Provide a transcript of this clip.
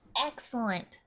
Excellent